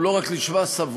הוא לא רק נשמע סבוך,